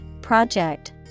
project